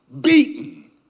beaten